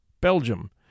Belgium